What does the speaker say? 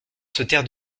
sautèrent